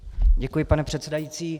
Děkuji, pane předsedající.